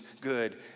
good